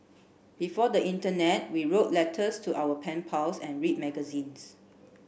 before the internet we wrote letters to our pen pals and read magazines